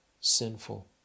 sinful